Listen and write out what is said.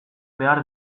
behar